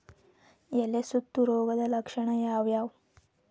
ಎಲೆ ಸುತ್ತು ರೋಗದ ಲಕ್ಷಣ ಯಾವ್ಯಾವ್?